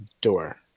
door